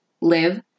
Live